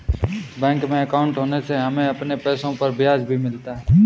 bank में अंकाउट होने से हमें अपने पैसे पर ब्याज भी मिलता है